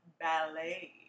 Ballet